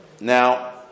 Now